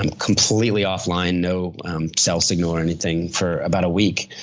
and completely offline, no cell signal or anything, for about a week.